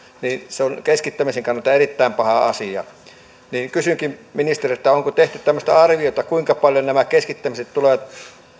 niin se on keskittämisen kannalta erittäin paha asia kysynkin ministeriltä onko tehty arviota kuinka paljon nämä keskittämiset tulevat